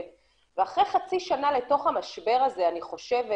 ואחרי חצי שנה לתוך המשבר הזה אני חושבת